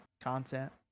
content